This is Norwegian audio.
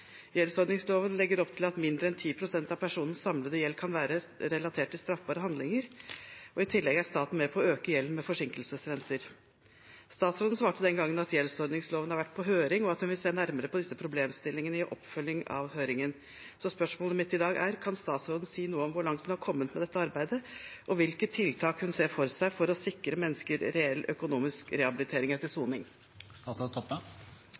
Gjeldsordningsloven legger opp til at mindre enn 10 pst. av personens samlede gjeld kan være relatert til straffbare handlinger, og i tillegg er staten med på å øke gjelden med forsinkelsesrenter. Statsråden svarte den gangen at gjeldsordningsloven har vært på høring, og at hun vil se nærmere på disse problemstillingene i oppfølgingen av høringen, så spørsmålet mitt i dag er: Kan statsråden si noe om hvor langt hun har kommet med dette arbeidet, og hvilke tiltak hun ser for seg for å sikre mennesker reell økonomisk rehabilitering etter